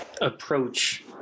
approach